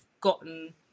gotten